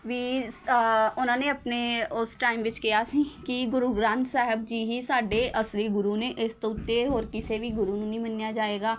ਵੀ ਉਹਨਾਂ ਨੇ ਆਪਣੇ ਉਸ ਟਾਈਮ ਵਿੱਚ ਕਿਹਾ ਸੀ ਕਿ ਗੁਰੂ ਗ੍ਰੰਥ ਸਾਹਿਬ ਜੀ ਹੀ ਸਾਡੇ ਅਸਲੀ ਗੁਰੂ ਨੇ ਇਸ ਤੋਂ ਉੱਤੇ ਹੋਰ ਕਿਸੇ ਵੀ ਗੁਰੂ ਨੂੰ ਨਹੀਂ ਮੰਨਿਆ ਜਾਵੇਗਾ